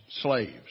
Slaves